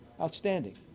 outstanding